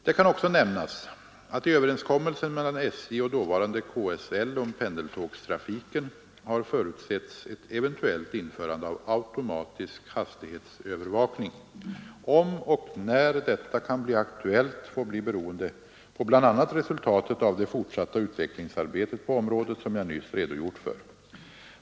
Det kan också nämnas att i överenskommelsen mellan SJ och dåvarande KSL om pendeltågstrafiken har förutsetts ett eventuellt införande av automatisk hastighetsövervakning. Om och när detta kan bli aktuellt får bli beroende på bl.a. resultatet av det fortsatta utvecklingsarbetet på området som jag nyss redogjort för.